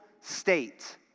state